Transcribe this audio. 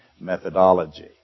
methodology